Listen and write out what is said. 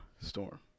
storm